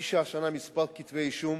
הגישה השנה כמה כתבי אישום